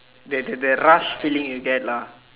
that that that rush feeling you get lah